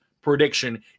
prediction